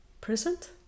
present